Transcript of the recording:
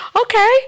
okay